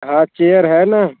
हाँ चेयर है ना